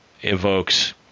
evokes